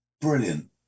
Brilliant